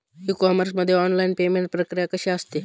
E commerce मध्ये online payment प्रक्रिया कशी असते?